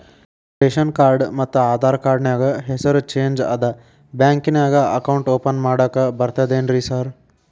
Ration card ಮತ್ತ Aadhaar card ನ್ಯಾಗ ಹೆಸರು ಚೇಂಜ್ ಅದಾ ಬ್ಯಾಂಕಿನ್ಯಾಗ ಅಕೌಂಟ್ ಓಪನ್ ಮಾಡಾಕ ಬರ್ತಾದೇನ್ರಿ ಸಾರ್?